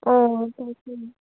অঁ